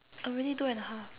already two and a half